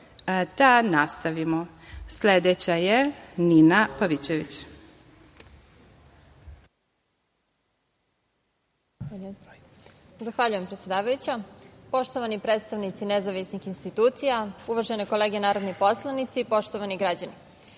Nina Pavićević. **Nina Pavićević** Zahvaljujem predsedavajuća. Poštovani predstavnici nezavisnih institucija, uvažene kolege narodni poslanici, poštovani građani,